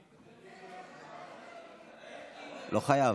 לא חייב.